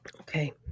Okay